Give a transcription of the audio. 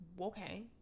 okay